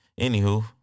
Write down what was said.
Anywho